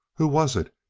who was it?